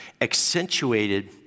accentuated